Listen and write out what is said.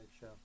show